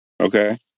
Okay